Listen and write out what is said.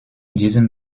diesem